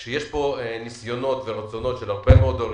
יש ניסיונות של הרבה מאוד הורים,